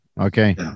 okay